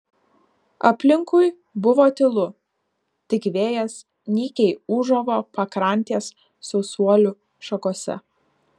aplinkui buvo tylu tik vėjas nykiai ūžavo pakrantės sausuolių šakose